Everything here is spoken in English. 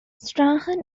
strahan